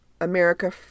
America